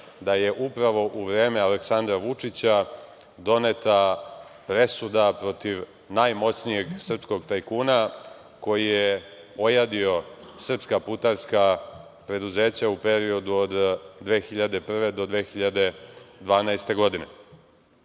da je upravo u vreme Aleksandra Vučića doneta presuda protiv najmoćnijeg srpskog tajkuna koji je ojadio srpska putarska preduzeća u periodu od 2001. do 2012. godine. Imam